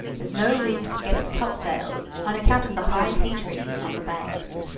as no wind could get at the topsails, on account of the high tea-tree on the banks.